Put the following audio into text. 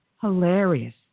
hilarious